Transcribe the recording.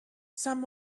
some